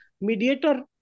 mediator